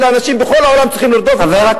אלה אנשים שבכל העולם צריכים לרדוף אותם,